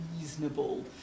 reasonable